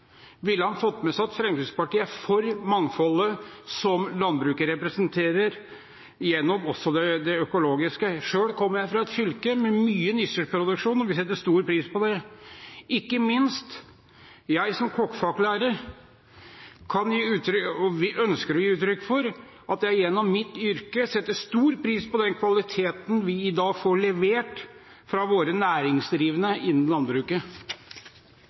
han fått med seg at Fremskrittspartiet er for mangfoldet landbruket representerer, også gjennom det økologiske. Selv kommer jeg fra et fylke med mye nisjeproduksjon, og vi setter stor pris på det. Ikke minst kan og ønsker jeg som kokkefaglærer å gi uttrykk for at jeg gjennom mitt yrke setter stor pris på kvaliteten vi i dag får levert fra våre næringsdrivende innen landbruket.